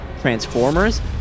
transformers